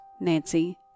Nancy